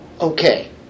okay